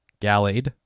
Gallade